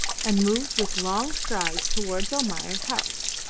and moved with long strides towards almayer's house,